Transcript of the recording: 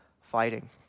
fighting